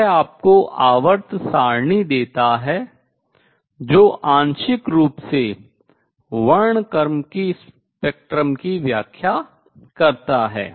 यह आपको आवर्त सारणी देता है जो आंशिक रूप से वर्णक्रम स्पेक्ट्रम की व्याख्या करता है